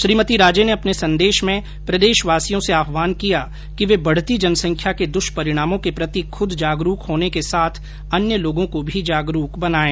श्रीमती राजे ने अपने संदेष में प्रदेषवासियों से आह्वान किया कि वे बढती जनसंख्या के दुष्परिणामों के प्रति खुद जागरूक होने के साथ अन्य लोगों को भी जागरूक बनाएं